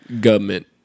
Government